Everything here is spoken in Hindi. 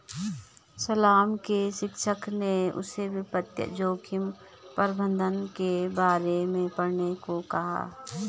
सलमा के शिक्षक ने उसे वित्तीय जोखिम प्रबंधन के बारे में पढ़ने को कहा